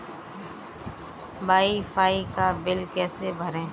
Wi fi का bill कैसे भरें?